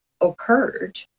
occurred